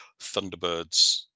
thunderbirds